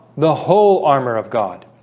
the whole armour of god